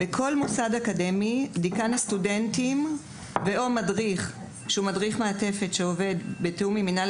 בכל מוסד אקדמי דיקאן הסטודנטים או מדריך מטעם מינהל